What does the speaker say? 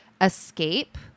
escape